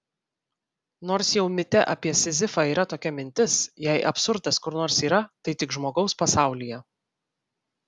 nors jau mite apie sizifą yra tokia mintis jei absurdas kur nors yra tai tik žmogaus pasaulyje